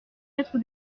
être